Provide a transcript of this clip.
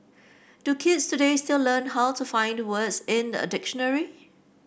do kids today still learn how to find the words in a dictionary